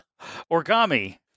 Origami